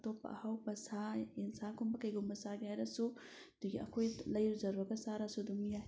ꯑꯇꯣꯞꯄ ꯑꯍꯥꯎꯕ ꯁꯥ ꯌꯦꯟꯁꯥꯒꯨꯝꯕ ꯀꯩꯒꯨꯝꯕ ꯆꯥꯒꯦ ꯍꯥꯏꯔꯁꯨ ꯑꯗꯒꯤ ꯑꯩꯈꯣꯏ ꯂꯩꯖꯔꯨꯔꯒ ꯆꯥꯔꯁꯨ ꯑꯗꯨꯝ ꯌꯥꯏ